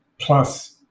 plus